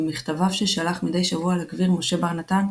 במכתביו ששלח מדי שבוע לגביר משה בר נתן,